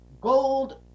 Gold